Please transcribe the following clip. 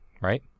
Right